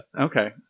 Okay